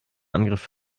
angriff